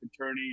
attorney